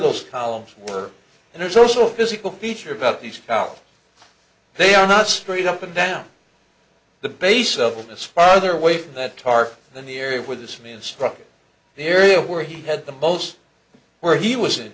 those columns were and there's also a physical feature about these power they are not straight up and down the base of this farther away from that tar than the area where this man struck the area where he had the most where he was in